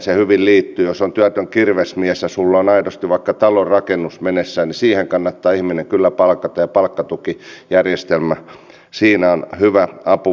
se liittyy hyvin esimerkiksi rakentamiseen ja jos on työtön kirvesmies ja sinulla on aidosti vaikka talonrakennus menossa niin siihen kannattaa ihminen kyllä palkata ja palkkatukijärjestelmä siinä on hyvä apuväline